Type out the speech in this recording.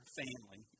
family